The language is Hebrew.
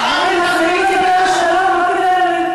חברים, מתחילים לדבר על שלום לא כדי לריב.